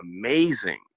amazing